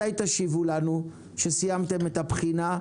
מתי תשיבו לנו שסיימתם את הבחינה,